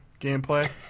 gameplay